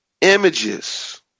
Images